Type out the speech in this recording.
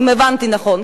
אם הבנתי נכון?